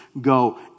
go